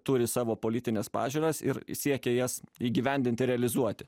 turi savo politines pažiūras ir siekia jas įgyvendinti realizuoti